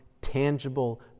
tangible